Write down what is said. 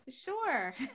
sure